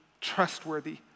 trustworthy